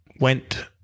went